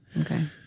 Okay